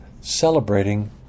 celebrating